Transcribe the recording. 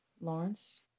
Lawrence